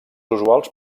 usuals